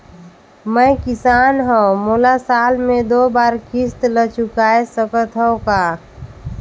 मैं किसान हव मोला साल मे दो बार किस्त ल चुकाय सकत हव का?